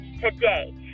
today